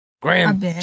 Graham